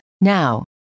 Now